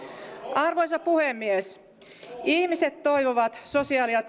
arvoisa puhemies ihmiset toivovat sosiaali ja